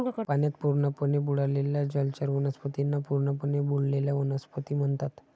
पाण्यात पूर्णपणे बुडालेल्या जलचर वनस्पतींना पूर्णपणे बुडलेल्या वनस्पती म्हणतात